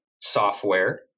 software